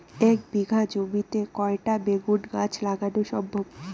এক বিঘা জমিতে কয়টা বেগুন গাছ লাগানো সম্ভব?